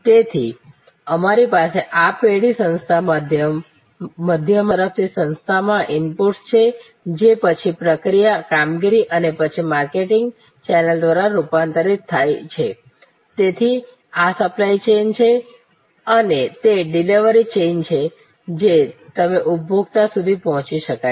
તેથી અમારી પાસે આ પેઢી સંસ્થા મધ્યમાં છે ત્યાં સપ્લાયર્સ તરફથી સંસ્થામાં ઇનપુટ્સ છે જે પછી પ્રક્રિયા કામગીરી અને પછી માર્કેટિંગ ચેનલ દ્વારા રૂપાંતરિત થાય છે તેથી આ સપ્લાય ચેઇન છે અને આ તે ડિલિવરી ચેઇન છે જે તમે ઉપભોક્તા સુધી પહોંચી શકાય છે